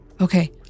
Okay